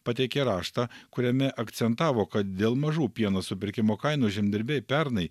pateikė raštą kuriame akcentavo kad dėl mažų pieno supirkimo kainų žemdirbiai pernai